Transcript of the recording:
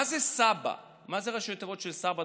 מה זה ראשי התיבות סב"א?